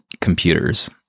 computers